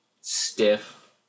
stiff